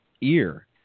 ear